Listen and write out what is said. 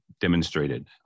demonstrated